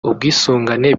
ubwisungane